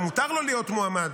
ומותר לו להיות מועמד.